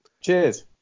cheers